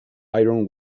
iron